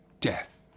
death